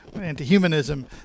anti-humanism